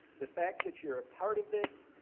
the fact that you're a part of this,